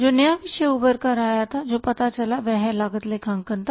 जो नया विषय उभर कर आया या जो पता चला वह लागत लेखांकन था